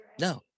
no